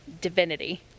divinity